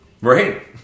Right